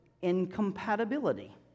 incompatibility